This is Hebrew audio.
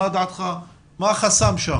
מה החסם שם?